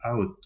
out